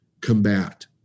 combat